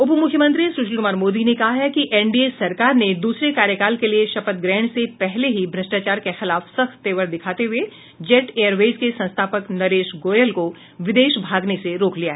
उप मुख्यमंत्री सुशील कुमार मोदी ने कहा है कि एनडीए सरकार ने दूसरे कार्यकाल के लिए शपथ ग्रहण से पहले ही भ्रष्टाचार के खिलाफ सख्त तेवर दिखाते हुए जेट एयरवेज के संस्थापक नरेश गोयल को विदेश भागने से रोक लिया